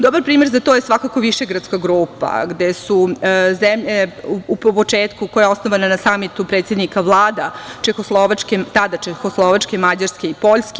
Dobar primer za to je svakako višegradska grupa, gde su zemlje u početku, koja je osnovana na Samitu predsednika Vlada Čekoslovačke, tada Čekoslovačke, Mađarske i Poljske.